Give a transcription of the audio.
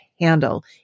handle